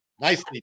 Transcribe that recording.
Nice